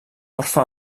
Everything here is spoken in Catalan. orfe